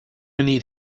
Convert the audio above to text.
need